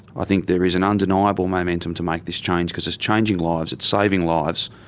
i think there is an undeniable momentum to make this change because it's changing lives, it's saving lives,